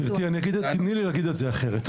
גבירתי, תני לי להגיד את זה אחרת.